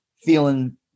feeling